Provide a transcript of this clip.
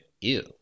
ew